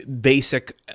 basic